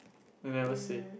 they never say